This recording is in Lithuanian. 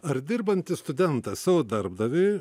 ar dirbantis studentas savo darbdaviui